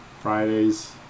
Fridays